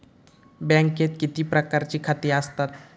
बँकेत किती प्रकारची खाती आसतात?